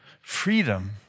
freedom